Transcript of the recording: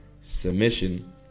submission